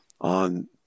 on